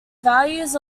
values